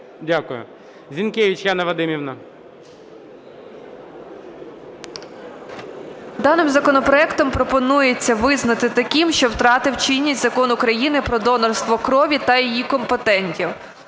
Дякую. Зінкевич Яна Вадимівна. 10:30:13 ЗІНКЕВИЧ Я.В. Даним законопроектом пропонується визнати таким, що втратив чинність Закон України "Про донорство крові та її компонентів".